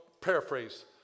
paraphrase